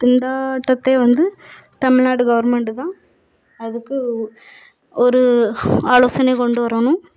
திண்டாட்டத்தை வந்து தமிழ்நாடு கவர்மெண்டு தான் அதுக்கு ஒரு ஆலோசனை கொண்டு வரணும்